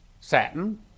satin